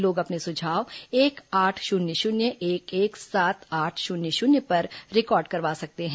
लोग अपने सुझाव एक आठ शून्य शून्य एक एक सात आठ शून्य शून्य पर रिकॉर्ड करवा सकते हैं